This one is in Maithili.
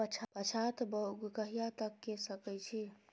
पछात बौग कहिया तक के सकै छी?